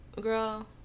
Girl